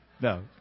No